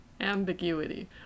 Ambiguity